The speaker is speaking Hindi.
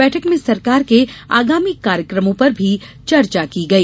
बैठक में सरकार के आगामी कार्यक्रमों पर भी चर्चा हुई